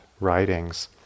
writings